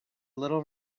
little